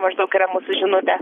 maždaug yra mūsų žinutė